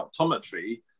optometry